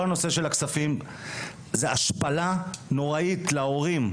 כל הנושא של הכספים זו השפלה נוראית להורים.